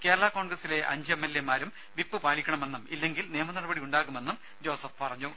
കേരള കോൺഗ്രസിലെ അഞ്ച് L A മാരും വിപ്പ് പാലിക്കണമെന്നും ഇല്ലെങ്കിൽ ഫിം നിയമനടപടിയുണ്ടാകുമെന്നും ജോസഫ് അറിയിച്ചു